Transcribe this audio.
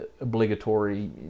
obligatory